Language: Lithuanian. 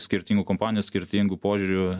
skirtingų kompanijų skirtingu požiūriu